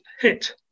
hit